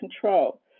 control